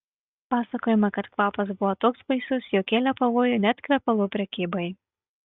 pasakojama kad kvapas buvo toks baisus jog kėlė pavojų net kvepalų prekybai